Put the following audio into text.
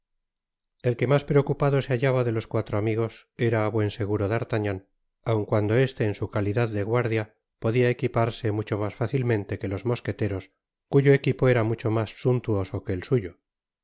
el que mas preocupado se hallaba de los cuatro amigos era á buen seguro d'artagnan aun cuado este en su calidad de guardia podia equiparse mucho mas facilmente que los mosqueteros cuyo equipo era mucho mas suntuoso que el suyo